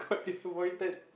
disappointed